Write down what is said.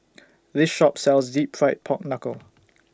This Shop sells Deep Fried Pork Knuckle